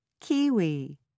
Kiwi